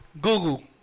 Google